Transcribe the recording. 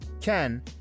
ken